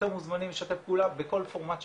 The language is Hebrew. יותר ממוזמנים לשתף פעולה בכל פורמט שאפשר,